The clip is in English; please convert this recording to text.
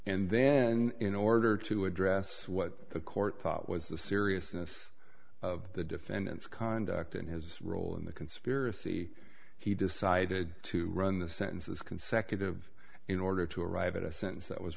and then in order to address what the court thought was the seriousness of the defendant's conduct and his role in the conspiracy he decided to run the sentences consecutive in order to arrive at a sentence that was